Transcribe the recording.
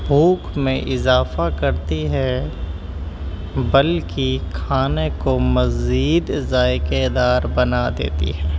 بھوک میں اضافہ کرتی ہے بلکہ کھانے کو مزید ذائقے دار بنا دیتی ہے